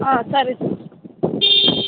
సరే సార్